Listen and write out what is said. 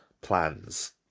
plans